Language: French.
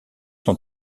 son